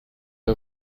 der